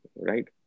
right